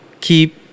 keep